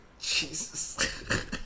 Jesus